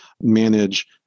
manage